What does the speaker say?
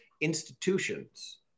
institutions